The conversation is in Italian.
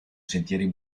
sentieri